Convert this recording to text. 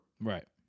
Right